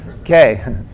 Okay